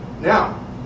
Now